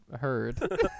heard